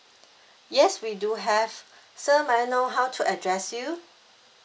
yes we do have sir may I know how to address you